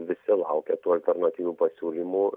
visi laukia tų alternatyvių pasiūlymų